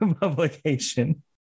publication